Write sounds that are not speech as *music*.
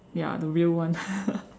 ya the real one *laughs*